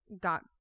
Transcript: got